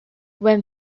when